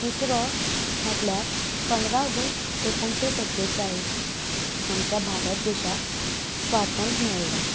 तिसरो म्हटल्यार पंदरा ऑगस्ट एकूणीश्शे सत्तेचाळीस आमच्या भारत देशाक स्वातंत्र मेळिल्ले